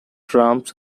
drums